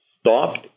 Stopped